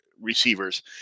receivers